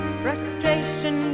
frustration